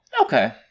Okay